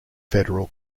federal